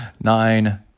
nine